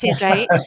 right